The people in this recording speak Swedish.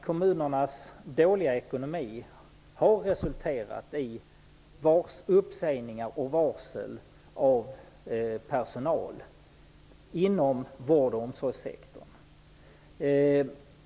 Kommunernas dåliga ekonomi har resulterat i uppsägningar och varsel av personal inom vård och omsorgssektorn.